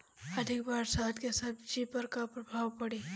अधिक बरसात के सब्जी पर का प्रभाव पड़ी?